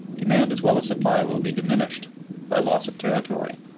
demand as well as supply will be diminished by loss of territory,